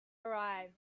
arrived